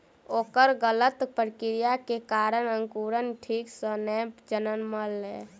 ओकर गलत प्रक्रिया के कारण अंकुरण ठीक सॅ नै जनमलै